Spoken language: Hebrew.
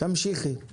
תמשיכי.